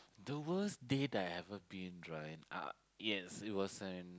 the worst day that I've ever been right uh yes it was in